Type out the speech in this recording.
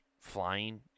flying